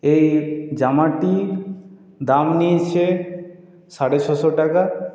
এই জামাটির দাম নিয়েছে সাড়ে ছশো টাকা